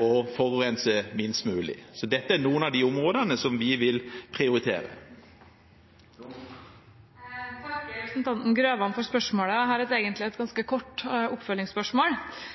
å forurense minst mulig. Dette er noen av områdene vi vil prioritere. Jeg takker representanten Grøvan for svaret. Jeg har et egentlig